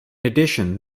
addition